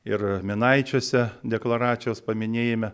ir minaičiuose deklaracijos paminėjime